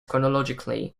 chronologically